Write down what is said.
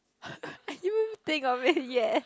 haven't even think of it yet